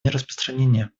нераспространения